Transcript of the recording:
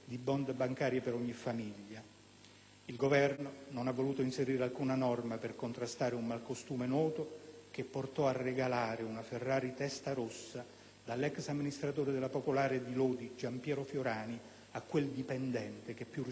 il Governo non ha voluto inserire alcuna norma per contrastare un malcostume noto, che portò a regalare una Ferrari Testarossa dall'ex amministratore della Banca Popolare di Lodi, Giampiero Fiorani, a quel dipendente che riusciva a piazzare più titoli avariati.